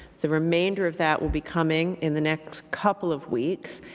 the remainder of that will be coming in the next couple of weeks.